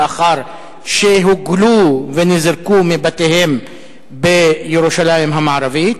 לאחר שהוגלו ונזרקו מבתיהם בירושלים המערבית.